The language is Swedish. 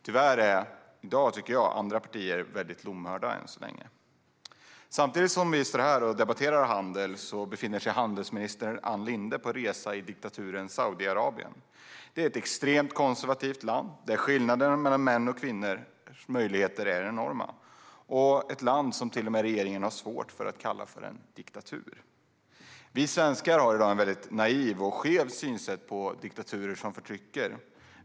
Tyvärr är de andra partierna än så länge väldigt lomhörda. Samtidigt som vi står här och debatterar handel befinner sig handelsminister Ann Linde på resa i diktaturens Saudiarabien. Det är ett extremt konservativt land där skillnaderna mellan mäns och kvinnors möjligheter är enorma. Trots det har regeringen svårt att kalla landet diktatur. Vi svenskar har i dag ett naivt och skevt synsätt på diktaturer som förtrycker.